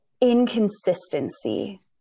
inconsistency